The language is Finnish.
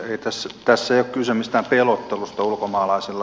ei tässä ole kyse mistään pelottelusta ulkomaalaisilla